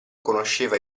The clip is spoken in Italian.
conosceva